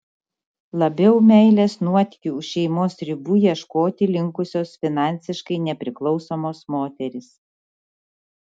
labiau meilės nuotykių už šeimos ribų ieškoti linkusios finansiškai nepriklausomos moterys